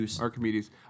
Archimedes